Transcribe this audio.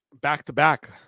Back-to-back